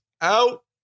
out